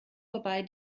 vorbei